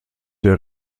der